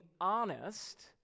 honest